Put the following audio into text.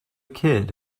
kid